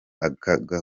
agakabutura